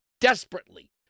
desperately